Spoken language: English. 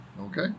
Okay